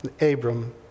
Abram